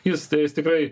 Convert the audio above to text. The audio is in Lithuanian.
jis tai jis tikrai